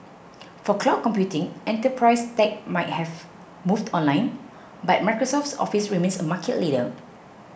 for cloud computing enterprise tech might have moved online but Microsoft's Office remains a market leader